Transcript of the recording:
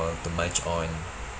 to munch on